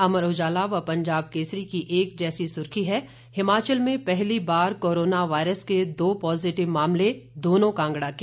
अमर उजाला व पंजाब केसरी की एक जैसी सुर्खी है हिमाचल में पहली बार कोरोना वायरस के दो पॉजिटिव मामले दोनों कांगड़ा के